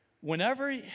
Whenever